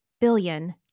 billion